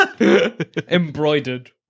Embroidered